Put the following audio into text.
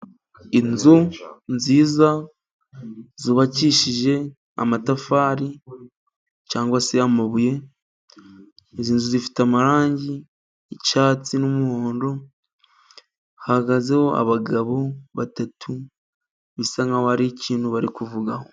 Inzu nziza zubakishije amatafari cyangwa se amabuye. Inzu zifite amarangi y'icyatsi n'umuhondo. Hahagazeho abagabo batatu bisa nkaho ari ikintu bari kuvugaho.